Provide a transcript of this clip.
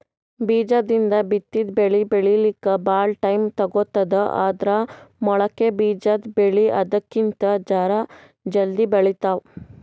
ಬೀಜದಿಂದ್ ಬಿತ್ತಿದ್ ಬೆಳಿ ಬೆಳಿಲಿಕ್ಕ್ ಭಾಳ್ ಟೈಮ್ ತಗೋತದ್ ಆದ್ರ್ ಮೊಳಕೆ ಬಿಜಾದ್ ಬೆಳಿ ಅದಕ್ಕಿಂತ್ ಜರ ಜಲ್ದಿ ಬೆಳಿತಾವ್